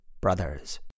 Brothers